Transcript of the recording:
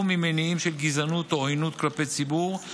ממניעים של גזענות או עוינות כלפי ציבור,